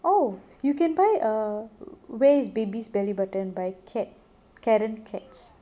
oh you can buy err ray's baby's belly button by cat karen cats